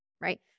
right